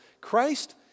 Christ